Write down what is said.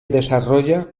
desarrolla